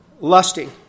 lusting